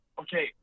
Okay